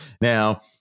Now